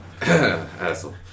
asshole